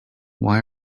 why